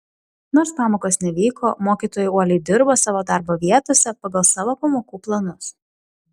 nors pamokos nevyko mokytojai uoliai dirbo savo darbo vietose pagal savo pamokų planus